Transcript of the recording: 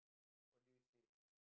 what do you say